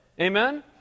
Amen